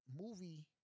movie